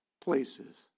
places